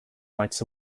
nights